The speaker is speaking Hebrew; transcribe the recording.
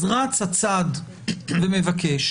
אז רץ הצד ומבקש,